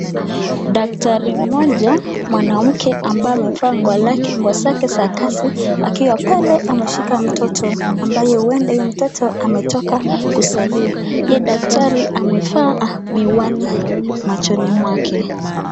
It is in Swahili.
Daktari moja mwanamke ambaye amevaa nguo zake za kazi akiwa pale ameshika mtoto ambaye ni mtoto ametoka kuzaliwa. Yeye daktari amevaa miwani machoni yake.